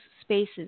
spaces